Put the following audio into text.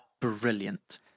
brilliant